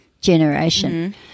generation